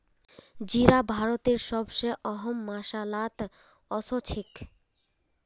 जीरा भारतेर सब स अहम मसालात ओसछेख